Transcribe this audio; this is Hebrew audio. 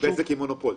בזק היא מונופול.